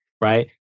right